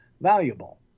valuable